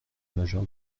majeur